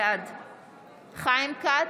בעד חיים כץ,